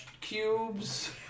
cubes